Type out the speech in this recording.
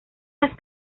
las